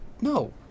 No